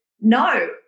No